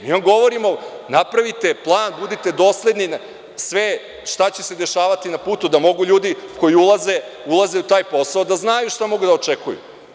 Mi vam govorimo napravite plan, budite dosledni sve šta će se dešavati na putu da mogu ljudi koji ulaze u taj posao da znaju šta mogu da očekuju.